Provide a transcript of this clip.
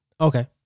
Okay